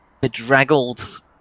bedraggled